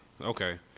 okay